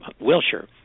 Wilshire